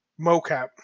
mocap